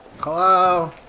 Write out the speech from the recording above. hello